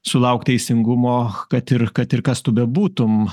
sulaukt teisingumo kad ir kad ir kas tu bebūtum